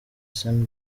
sean